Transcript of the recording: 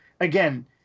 again